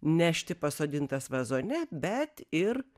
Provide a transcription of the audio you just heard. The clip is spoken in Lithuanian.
nešti pasodintas vazone bet ir